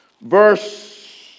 verse